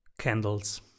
candles